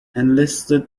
enlisted